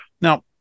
Now